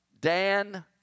Dan